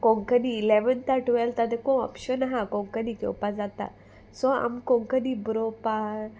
कोंकणी इलेवेंता टुवॅल्था देकून ऑप्शन आहा कोंकणी घेवपा जाता सो आमकां कोंकणी बरोवपाक